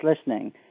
listening